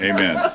Amen